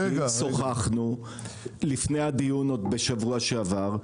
שוחחנו לפני הדיון עוד בשבוע שעבר.